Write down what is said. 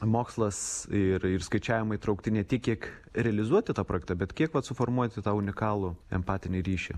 mokslas ir skaičiavimai įtraukti ne tik kiek realizuoti tą projektą bet kiek vat suformuoti tą unikalų empatinį ryšį